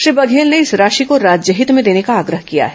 श्री बघेल ने इस राशि को राज्यहित में देने का आग्रह किया है